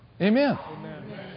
Amen